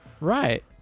right